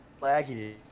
laggy